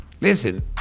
Listen